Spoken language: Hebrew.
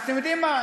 אתם יודעים מה,